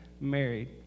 Married